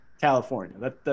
California